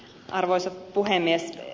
arvoisa puhemies